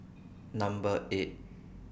Number eight